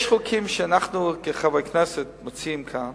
יש חוקים שאנחנו כחברי כנסת מציעים כאן